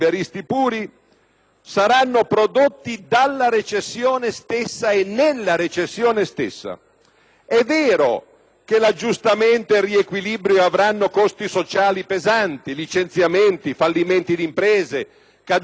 È vero che l'aggiustamento e il riequilibrio avranno costi sociali pesanti - licenziamenti, fallimenti di imprese, caduta del reddito - ma essi saranno mitigati dalla forte riduzione dei prezzi e dalla caduta del costo del danaro,